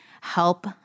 help